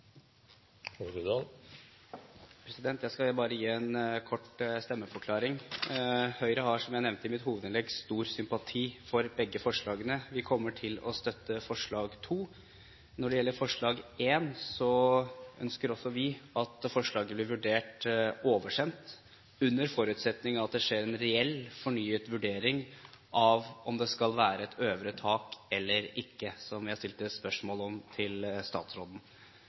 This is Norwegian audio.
her. Jeg skal bare gi en kort stemmeforklaring. Høyre har, som jeg nevnte i mitt hovedinnlegg, stor sympati for begge forslagene. Vi kommer til å støtte forslag nr. 2. Når det gjelder forslag nr. 1, ønsker også vi at forslaget blir vurdert oversendt, under forutsetning av at det skjer en reell fornyet vurdering av om det skal være et øvre tak eller ikke, som jeg stilte spørsmål om til statsråden.